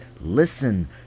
Listen